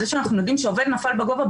זה שאנחנו יודעים שעובד נפל מגובה,